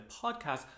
podcast